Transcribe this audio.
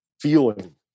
feeling